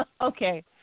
Okay